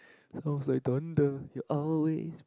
sounds like thunder your are ways